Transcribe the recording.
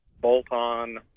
bolt-on